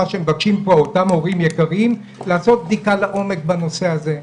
מה שמבקשים פה אותם הורים יקרים זה לעשות בדיקה לעומק בנושא הזה,